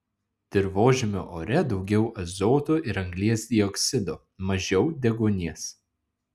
dirvožemio ore daugiau azoto ir anglies dioksido mažiau deguonies